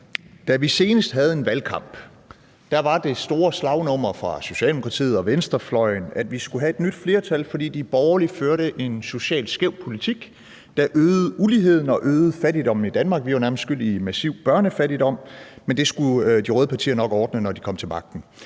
Da vi senest havde en valgkamp, var det store slagnummer fra Socialdemokratiet og venstrefløjen, at vi skulle have et nyt flertal, fordi de borgerlige førte en socialt skæv politik, der øgede uligheden og øgede fattigdommen i Danmark. Vi var nærmest skyld i massiv børnefattigdom, men det skulle de røde partier nok ordne, når de kom til magten.